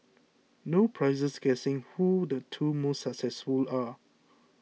no prizes guessing who the two most successful are